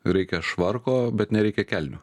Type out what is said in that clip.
reikia švarko bet nereikia kelnių